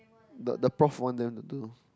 the the prof want them to do